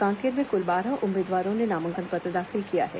कांकेर में कृल बारह उम्मीदवारों ने नामांकन पत्र दाखिल किया है